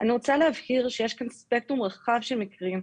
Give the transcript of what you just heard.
אני רוצה להבהיר שיש כאן ספקטרום רחב של מקרים,